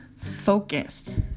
focused